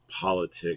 politics